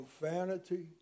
profanity